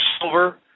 silver